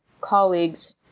colleagues